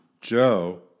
Joe